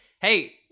Hey